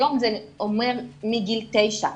היום זה אומר מגיל תשע,